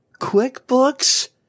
QuickBooks